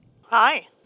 Hi